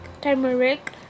turmeric